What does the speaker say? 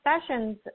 sessions